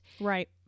Right